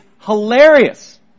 hilarious